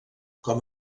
com